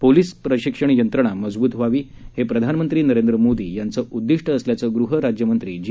police प्रशिक्षण यंत्रणा मजबूत व्हावी हे प्रधानमंत्री नरेंद्र मोदी यांचं उद्दिष्ट असल्याचं गृह राज्यमंत्री जी